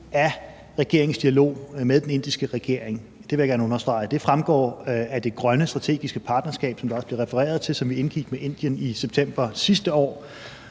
af regeringens dialog med den indiske regering. Det vil jeg gerne understrege, og det fremgår af det grønne strategiske partnerskab, som der også bliver refereret til, som